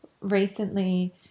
Recently